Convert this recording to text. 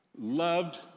loved